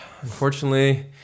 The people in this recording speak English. unfortunately